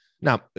now